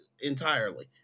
entirely